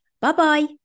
Bye-bye